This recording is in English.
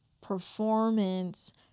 performance